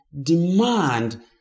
demand